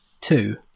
Two